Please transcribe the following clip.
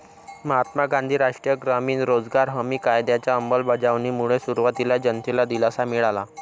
महात्मा गांधी राष्ट्रीय ग्रामीण रोजगार हमी कायद्याच्या अंमलबजावणीमुळे सुरुवातीला जनतेला दिलासा मिळाला